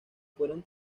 fueron